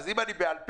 אז אם אני בעל פה,